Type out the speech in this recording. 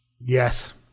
Yes